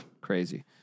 Crazy